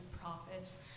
profits